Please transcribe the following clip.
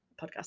podcast